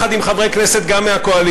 גם עם חברי כנסת מהקואליציה,